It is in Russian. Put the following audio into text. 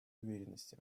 уверенности